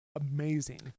Amazing